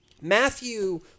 Matthew